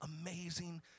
amazing